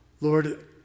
Lord